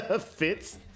fits